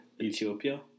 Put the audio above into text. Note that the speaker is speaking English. Ethiopia